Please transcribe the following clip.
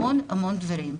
המון המון דברים.